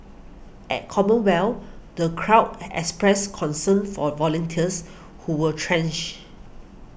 at Commonwealth the crowd expressed concern for volunteers who were drenched